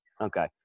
okay